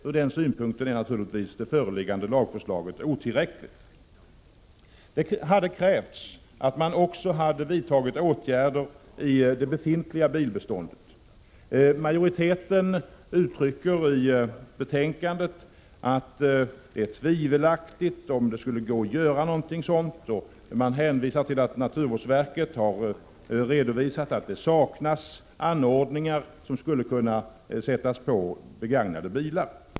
Ur den synpunkten är det föreliggande lagförslaget otillräckligt. Det hade krävts åtgärder även för det befintliga bilbeståndet. Majoriteten uttrycker i betänkandet att det är tvivelaktigt om något sådant skulle gå att göra. Man hänvisar till att naturvårdsverket har redovisat att det saknas anordningar som skulle kunna monteras på begagnade bilar.